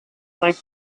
cinq